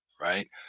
Right